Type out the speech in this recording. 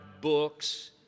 books